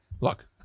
Look